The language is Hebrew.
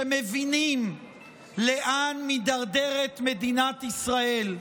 שמבינים לאן מידרדרת מדינת ישראל.